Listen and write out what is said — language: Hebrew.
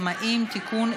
(תיקון,